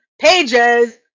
pages